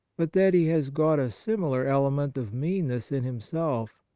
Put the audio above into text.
but that he has got a similar element of meanness in himself,